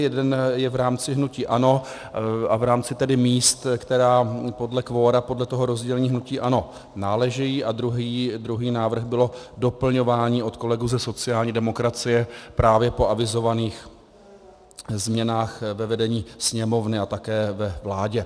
Jeden je v rámci hnutí ANO a v rámci tedy míst, která podle kvora, podle rozdělení, hnutí ANO náležejí, a druhý návrh bylo doplňování od kolegů ze sociální demokracie právě po avizovaných změnách ve vedení Sněmovny a také ve vládě.